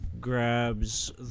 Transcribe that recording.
grabs